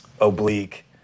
oblique